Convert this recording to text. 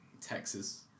Texas